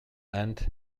ant